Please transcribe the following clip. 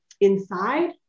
inside